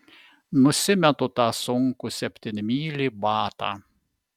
nusimetu tą sunkų septynmylį batą